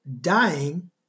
dying